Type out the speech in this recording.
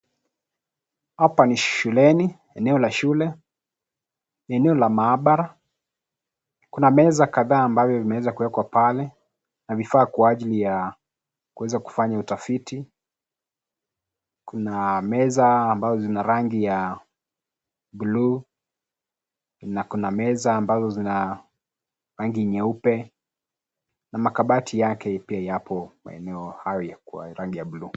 Hapa ni shuleni, eneo la shule. Ni eneo la maabara. Kuna meza kadhaa ambavyo vimeweza kuwekwa pale, na vifaa kwa ajili ya kuweza kufanya utafiti. Kuna meza ambazo zina rangi ya bluu na kuna meza ambazo zina rangi nyeupe, na makabati yake pia yako maeneo hayo ya kwa rangi ya bluu.